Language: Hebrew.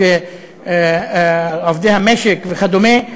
בעובדי המשק וכדומה.